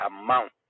amount